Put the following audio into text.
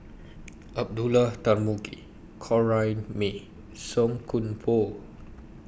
Abdullah Tarmugi Corrinne May and Song Koon Poh